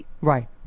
Right